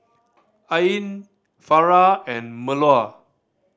Ain Farah and Melur